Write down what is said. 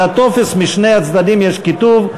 על הטופס משני הצדדים יש כיתוב.